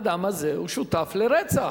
האדם הזה הוא שותף לרצח,